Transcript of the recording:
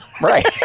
Right